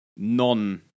non